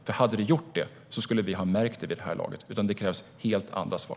Om det hade gjort det skulle vi ha märkt det vid det här laget. Det krävs helt andra svar.